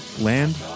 land